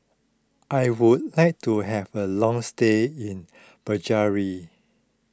I would like to have a long stay in